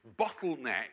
bottleneck